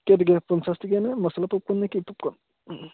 কেইটকীয়া পঞ্চাছটকীয়ানে মছলা পপকৰ্ণ নে কি পপকৰ্ণ